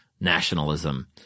nationalism